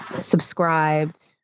subscribed